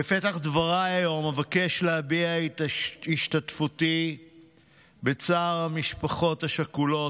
בפתח דבריי היום אבקש להביע את השתתפותי בצער המשפחות השכולות,